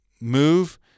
move